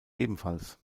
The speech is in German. ebenfalls